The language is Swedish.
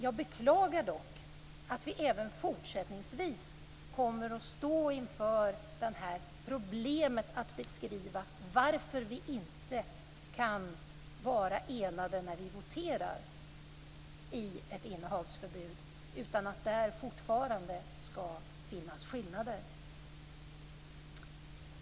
Jag beklagar dock att vi även fortsättningsvis kommer att stå inför det här problemet att beskriva varför vi inte kan vara enade när vi voterar om ett innehavsförbud. Där skall det fortfarande finnas skillnader.